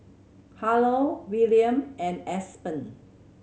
Harlow Wiliam and Aspen